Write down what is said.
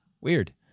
weird